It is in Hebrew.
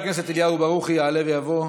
חבר הכנסת אליהו ברוכי, יעלה ויבוא.